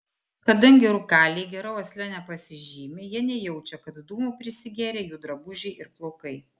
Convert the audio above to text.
kadangi rūkaliai gera uosle nepasižymi jie nejaučia kad dūmų prisigėrę jų drabužiai ir plaukai